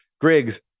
Griggs